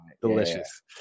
delicious